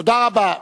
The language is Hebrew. תודה רבה.